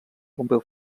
pompeu